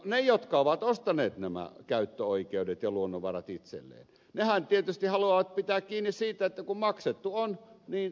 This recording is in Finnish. ne jotka ovat ostaneet nämä käyttöoikeudet ja luonnonvarat itselleen tietysti haluavat pitää kiinni siitä että kun maksettu on niin saamme pitää ne